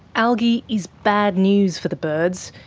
algae is bad news for the birds.